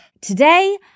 Today